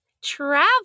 Travel